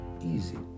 easy